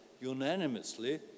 unanimously